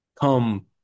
come